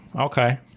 Okay